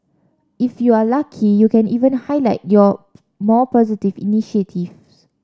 if you are lucky you can even highlight your more positive initiatives